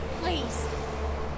please